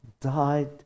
died